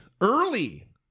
early